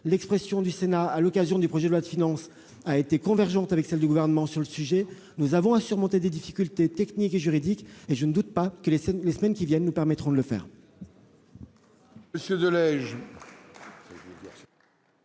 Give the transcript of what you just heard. L'expression du Sénat à l'occasion du projet de loi de finances a été convergente avec celle du Gouvernement sur le sujet. Nous avons à surmonter des difficultés techniques et juridiques, mais je ne doute pas que les semaines qui viennent nous permettront de le faire.